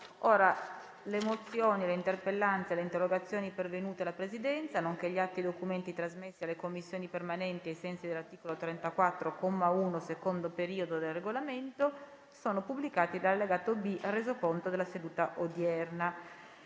Le mozioni, le interpellanze e le interrogazioni pervenute alla Presidenza, nonché gli atti e i documenti trasmessi alle Commissioni permanenti ai sensi dell'articolo 34, comma 1, secondo periodo, del Regolamento sono pubblicati nell'allegato B al Resoconto della seduta odierna.